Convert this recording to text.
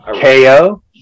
KO